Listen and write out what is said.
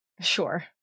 Sure